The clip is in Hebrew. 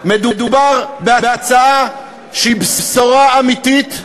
מדובר בהצעה שהיא בשורה אמיתית,